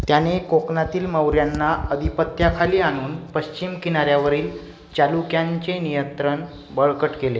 त्याने कोकणातील मौर्यांना आधिपत्याखाली आणून पश्चिम किनार्यावरील चालुक्यांचे नियंत्रण बळकट केले